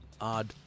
odd